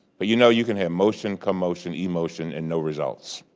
but you know you can have motion, commotion, emotion and no results.